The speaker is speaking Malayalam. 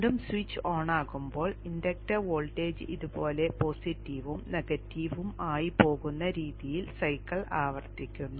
വീണ്ടും സ്വിച്ച് ഓണാകുമ്പോൾ ഇൻഡക്ടർ വോൾട്ടേജ് ഇതുപോലെ പോസിറ്റീവും നെഗറ്റീവും ആയി പോകുന്ന രീതിയിൽ സൈക്കിൾ ആവർത്തിക്കുന്നു